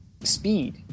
speed